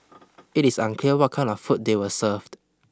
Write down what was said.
it is unclear what kind of food they were served